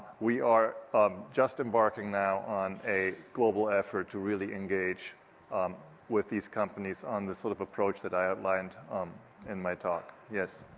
we are just embarking now on a global effort to really engage um with these companies on this sort of approach that i outlined um in my talk. yes,